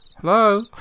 Hello